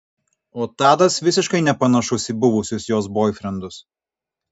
o tadas visiškai nepanašus į buvusius jos boifrendus